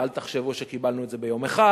ואל תחשבו שקיבלנו את זה ביום אחד.